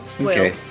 Okay